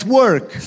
work